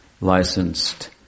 licensed